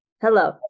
Hello